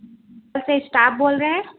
تو اسٹاف بول رہے ہیں